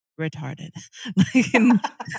retarded